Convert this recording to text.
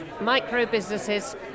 micro-businesses